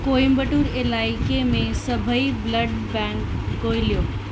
कोयम्बटूर इलाइक़े में सभई ब्लड बैंक ॻोल्हियो